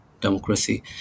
democracy